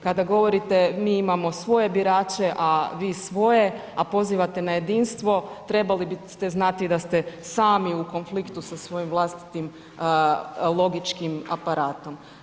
Kada govorite mi imamo svoje birače, a vi svoje, a pozivate na jedinstvo, trebali biste znati da ste sami u konfliktu sa svojim vlastitim logičkim aparatom.